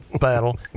battle